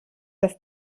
das